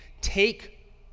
take